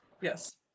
Yes